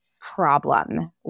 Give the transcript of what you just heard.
problem